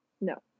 no